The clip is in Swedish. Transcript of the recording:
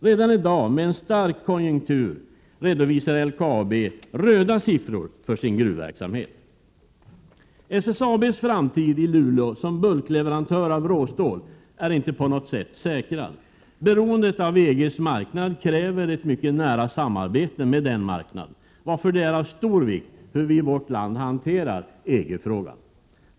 Redan i dag med en stark konjunktur redovisar LKAB röda siffror för sin gruvverksamhet. SSAB:s framtid i Luleå som bulkleverantör av råstål är inte på något sätt säkrad. Beroendet av EG:s marknad kräver ett mycket nära samarbete med den marknaden, varför det är av stor vikt hur vi i vårt land hanterar EG-frågan.